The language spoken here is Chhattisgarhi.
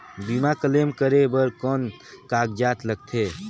बीमा क्लेम करे बर कौन कागजात लगथे?